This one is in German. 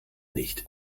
nicht